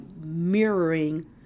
mirroring